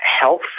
health